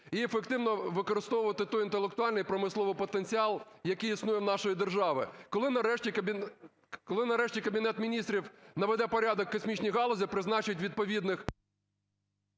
і ефективно використовувати той інтелектуальний промисловий потенціал, який існує у нашої держави. Коли нарешті Кабінет Міністрів наведе порядок в космічній галузі, призначить відповідних…